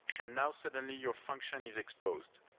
and now, suddenly your function is exposed.